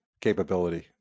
capability